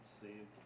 save